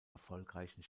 erfolgreichen